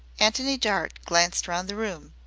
antony dart glanced round the room.